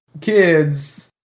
kids